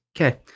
Okay